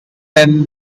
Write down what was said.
and